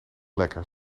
lekker